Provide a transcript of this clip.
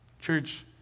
Church